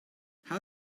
how